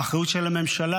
האחריות של הממשלה,